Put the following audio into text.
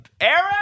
Aaron